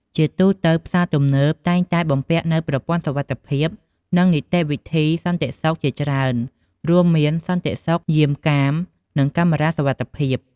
ជាទូទៅ ផ្សារទំនើបតែងតែបំពាក់នូវប្រព័ន្ធសុវត្ថិភាព និងនីតិវិធីសន្តិសុខជាច្រើន រួមមានសន្តិសុខយាមកាម និងកាមេរ៉ាសុវត្ថិភាព ។